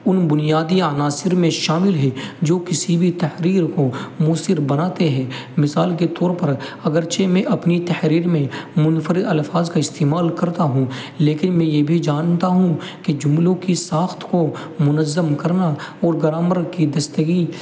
ان بنیادی عناصر میں شامل ہے جو کسی بھی تحریر کو مؤثر بناتے ہیں مثال کے طور پر اگر چہ میں اپنی تحریر میں منفرد الفاظ کا استعمال کرتا ہوں لیکن میں یہ بھی جانتا ہوں کہ جملوں کی ساخت کو منظم کرنا اور گرامر کی درستگی